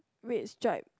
red stripe